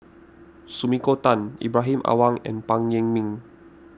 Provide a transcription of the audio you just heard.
Sumiko Tan Ibrahim Awang and Phan Yen Ming